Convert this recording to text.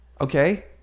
Okay